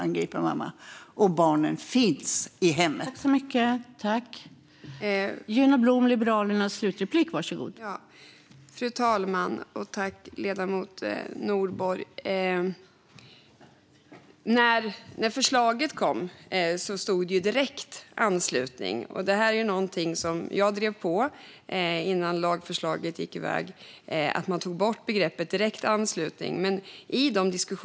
Men rent juridiskt blir det finlir, och jag tror inte att allmänheten tänker så här.